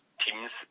teams